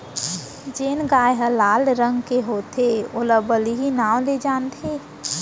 जेन गाय ह लाल रंग के होथे ओला बलही नांव ले जानथें